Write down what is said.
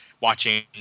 watching